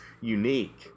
unique